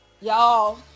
y'all